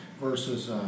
versus